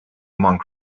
monk